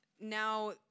now